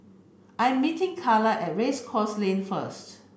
I meeting Cayla at Race Course Lane first